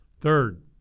Third